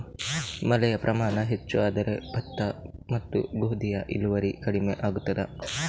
ಮಳೆಯ ಪ್ರಮಾಣ ಹೆಚ್ಚು ಆದರೆ ಭತ್ತ ಮತ್ತು ಗೋಧಿಯ ಇಳುವರಿ ಕಡಿಮೆ ಆಗುತ್ತದಾ?